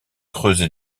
creusé